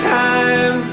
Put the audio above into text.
time